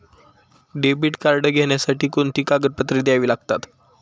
Debit card घेण्यासाठी कोणती कागदपत्रे द्यावी लागतात?